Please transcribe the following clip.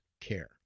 care